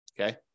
Okay